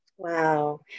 Wow